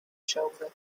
shoulder